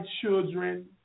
children